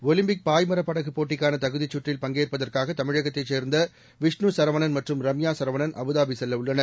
Olympic பாய்மரப் படகுப் போட்டிக்கானதகுதிச் சுற்றில் பங்கேற்பதற்காகதமிழகத்தைச் சேர்ந்தவிஷ்ணு சரவணன் மற்றும் ரம்யாசரவணன் அபுதாபிசெல்லவுள்ளனர்